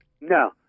No